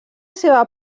seva